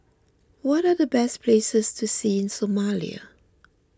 what are the best places to see in Somalia